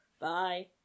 Bye